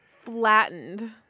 Flattened